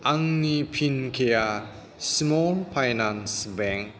आंनि फिन केएआ सिमल फाइनानच बेंक